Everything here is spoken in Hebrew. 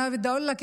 אני רוצה לומר לך,